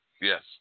Yes